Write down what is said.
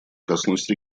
коснусь